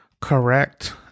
correct